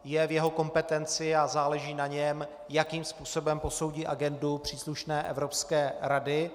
Je v jeho kompetenci a záleží na něm, jakým způsobem posoudí agendu příslušné Evropské rady.